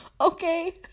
Okay